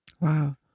Wow